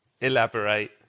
elaborate